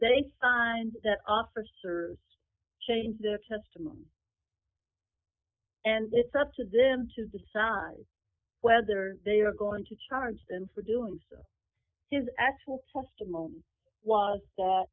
they find that officers change their testimony and it's up to them to decide whether they are going to charge them for doing so his actual testimony was that